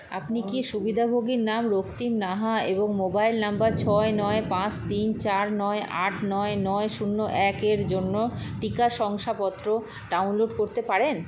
আপনি কি সুবিধাভোগীর নাম রক্তিম নাহা এবং মোবাইল নাম্বার ছয় নয় পাঁচ তিন চার নয় আট নয় নয় শূন্য এক এর জন্য টিকা শংসাপত্র ডাউনলোড করতে পারেন